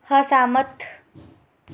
असैह्मत